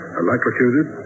electrocuted